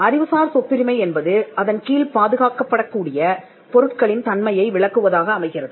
அறிவுசார் சொத்துரிமை என்பது அதன் கீழ் பாதுகாக்கப்படக் கூடிய பொருட்களின் தன்மையை விளக்குவதாக அமைகிறது